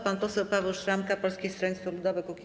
Pan poseł Paweł Szramka, Polskie Stronnictwo Ludowe - Kukiz15.